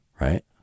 Right